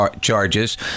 charges